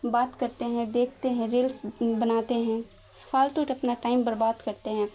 بات کرتے ہیں دیکھتے ہیں ریلس بناتے ہیں فالتو اپنا ٹائم برباد کرتے ہیں